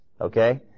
Okay